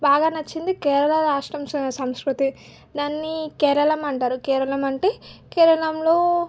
బాగా నచ్చింది కేరళ రాష్టం సంస్కృతి దాన్ని కేరళం అంటారు కేరళం అంటే కేరళంలో